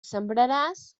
sembraràs